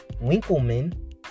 Winkleman